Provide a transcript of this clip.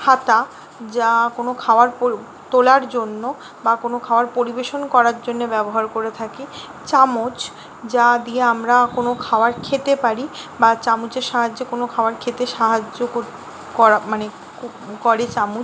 হাতা যা কোনো খাবার তোলার জন্য বা কোনো খাওয়ার পরিবেশন করার জন্যে ব্যবহার করে থাকি চামচ যা দিয়ে আমরা কোনো খাওয়ার খেতে পারি বা চামচের সাহায্যে কোনো খাওয়ার খেতে সাহায্য করা মানে করে চামচ